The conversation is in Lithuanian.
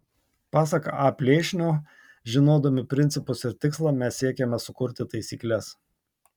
pasak a plėšnio žinodami principus ir tikslą mes siekiame sukurti taisykles